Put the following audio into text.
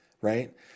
Right